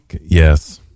Yes